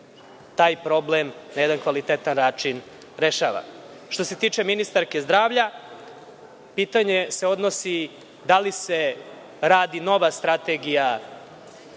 taj problem na jedan kvalitetan način rešava. Što se tiče ministarke zdravlja pitanje se odnosi – da li se radi nova strategija